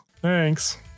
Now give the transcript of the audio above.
Thanks